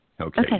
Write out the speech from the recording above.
Okay